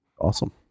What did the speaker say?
awesome